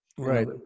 right